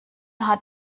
hat